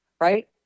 right